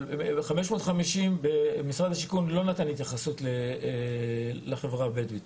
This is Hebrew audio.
אבל ב-550 משרד השיכון לא נתן התייחסות לחברה הבדואית.